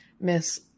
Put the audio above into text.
miss